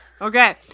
Okay